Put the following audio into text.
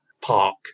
park